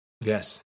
Yes